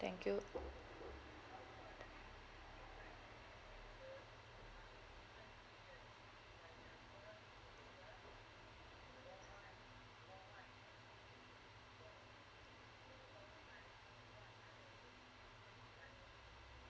thank you